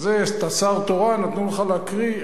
אתה שר תורן ונתנו לך להקריא,